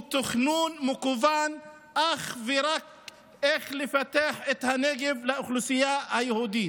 הוא תכנון שמכוון אך ורק לאיך לפתח את הנגב לאוכלוסייה היהודית.